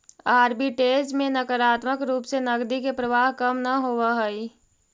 arbitrage में नकारात्मक रूप से नकदी के प्रवाह कम न होवऽ हई